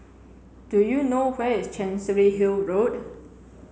do you know where is Chancery Hill Road